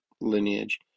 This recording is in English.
lineage